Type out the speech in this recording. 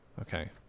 Okay